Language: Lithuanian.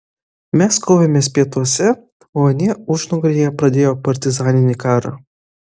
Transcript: mes kovėmės pietuose o anie užnugaryje pradėjo partizaninį karą